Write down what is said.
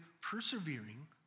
persevering